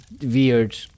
weird